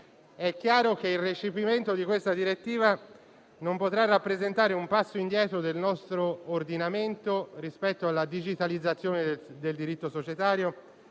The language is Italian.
È chiaro che il recepimento di questa direttiva non potrà rappresentare un passo indietro del nostro ordinamento rispetto alla digitalizzazione del diritto societario